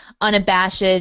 unabashed